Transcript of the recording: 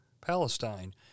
Palestine